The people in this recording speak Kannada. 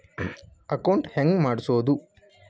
ಅಕೌಂಟ್ ಹೆಂಗ್ ಮಾಡ್ಸೋದು?